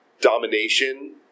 domination